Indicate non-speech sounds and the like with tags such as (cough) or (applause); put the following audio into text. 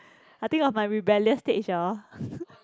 I think of my rebellious stage hor (laughs)